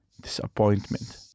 disappointment